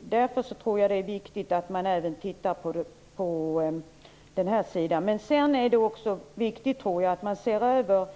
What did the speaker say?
Därför tror jag att det är viktigt att man även tittar på den här sidan. Sedan är det också viktigt att man ser över